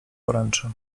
poręczy